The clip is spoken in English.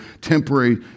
temporary